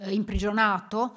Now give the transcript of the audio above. imprigionato